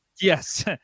Yes